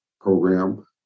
program